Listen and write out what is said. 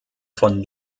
von